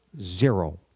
Zero